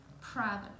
private